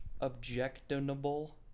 objectionable